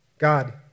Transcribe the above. God